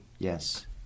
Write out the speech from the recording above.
Yes